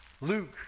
Luke